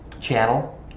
channel